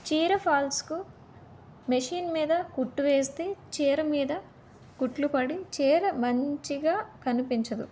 చీర ఫాల్స్కు మెషిన్ మీద కుట్టు వేస్తే చీర మీద కుట్లు పడి చీర మంచిగా కనిపించదు